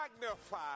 magnify